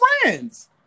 friends